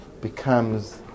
becomes